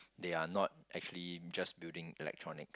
they are not actually just building electronics